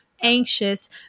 anxious